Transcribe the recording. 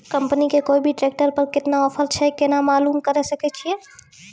Company के कोय भी ट्रेक्टर पर केतना ऑफर छै केना मालूम करऽ सके छियै?